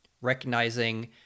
recognizing